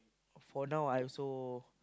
for now I also